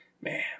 man